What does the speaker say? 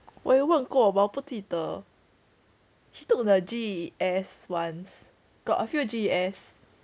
我有问过 but 我不记得 he took the G_E_S once got a few G_E_S